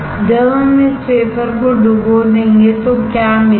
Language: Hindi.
जब हम इस वेफरको डुबो देंगे तो क्या मिलेगा